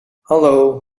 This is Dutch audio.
hallo